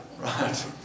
Right